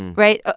and right? ah